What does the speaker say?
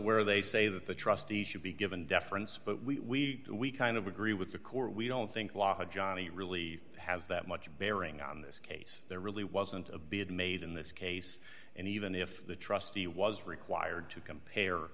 where they say that the trustee should be given deference but we do we kind of agree with the court we don't think the law johnny really has that much bearing on this case there really wasn't a bed made in this case and even if the trustee was required to compare